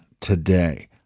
today